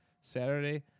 Saturday